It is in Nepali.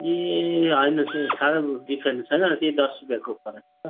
ए होइन साह्रै डिफरेन्स छैन त्यही दस रुपियाँको फरक छ